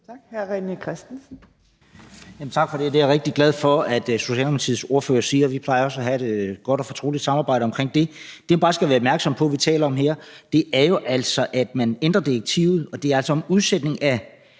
Kl. 14:38 René Christensen (DF): Tak for det. Det er jeg rigtig glad for Socialdemokratiets ordfører siger. Vi plejer også at have et godt og fortroligt samarbejde omkring det. Det, man bare skal være opmærksom på vi taler om her, er jo altså, at man ændrer direktivet. Og det er altså en udsætning i